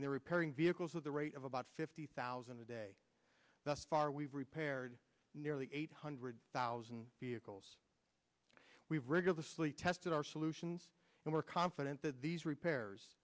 and they're repairing vehicles at the rate of about fifty thousand a day thus far we've repaired nearly eight hundred thousand vehicles we've rigorously tested our solutions and we're confident that these repairs